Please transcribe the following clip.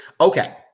Okay